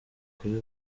kuri